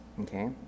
okay